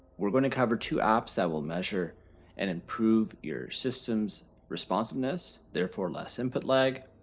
we're gonna cover two apps that will measure and improve your system's responsiveness, therefore less input lag.